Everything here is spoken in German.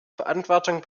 verantwortung